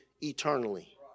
eternally